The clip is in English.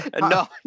No